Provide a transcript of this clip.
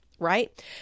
right